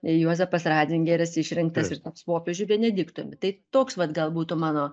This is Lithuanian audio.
juozapas ratzingeris išrinktas ir taps popiežiu benediktu tai toks vat gal būtų mano